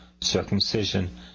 circumcision